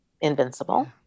invincible